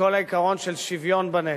לכל העיקרון של שוויון בנטל.